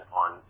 on